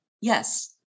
yes